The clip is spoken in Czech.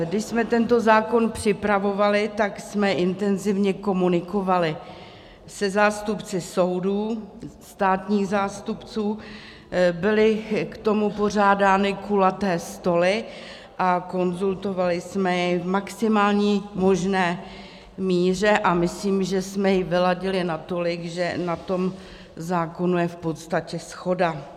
Když jsme tento zákon připravovali, tak jsme intenzivně komunikovali se zástupci soudů, státních zástupců, byly k tomu pořádány kulaté stoly, konzultovali jsme jej v maximální možné míře a myslím, že jsme jej vyladili natolik, že na tom zákonu je v podstatě shoda.